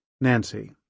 Nancy